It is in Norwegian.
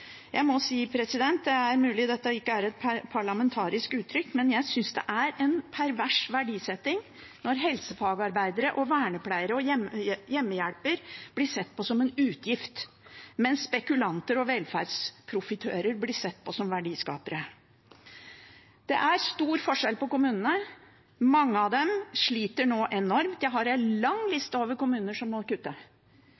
Jeg må si, president – det er mulig dette ikke er et parlamentarisk uttrykk – at jeg synes det er en pervers verdisetting når helsefagarbeidere, vernepleiere og hjemmehjelper blir sett på som en utgift, mens spekulanter og velferdsprofitører blir sett på som verdiskapere. Det er stor forskjell på kommunene. Mange av dem sliter nå enormt. Jeg har en lang